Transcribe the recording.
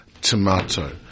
tomato